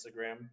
Instagram